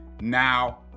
Now